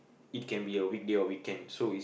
it can be a weekday or weekend so is